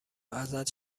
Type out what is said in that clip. ازت